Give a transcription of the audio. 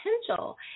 potential